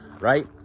Right